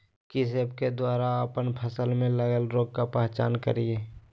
किस ऐप्स के द्वारा अप्पन फसल में लगे रोग का पहचान करिय?